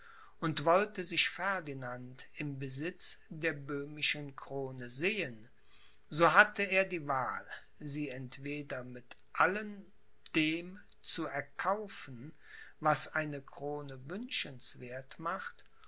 und wollte sich ferdinand im besitz der böhmischen krone sehen so hatte er die wahl sie entweder mit allem dem zu erkaufen was eine krone wünschenswerth macht